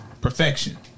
perfection